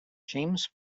james